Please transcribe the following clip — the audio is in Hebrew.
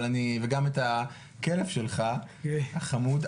וגם את הכלב שלך החמוד,